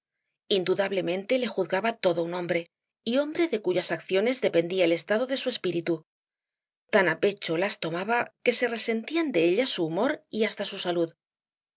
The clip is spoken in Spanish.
indudablemente le juzgaba todo un hombre y hombre de cuyas acciones dependía el estado de su espíritu tan á pecho las tomaba que se resentían de ellas su humor y hasta su salud